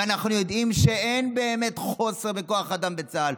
ואנחנו יודעים שאין באמת חוסר בכוח אדם בצה"ל.